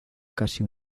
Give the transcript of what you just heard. casi